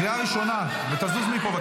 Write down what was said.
קריאה ראשונה, ותזוז מפה.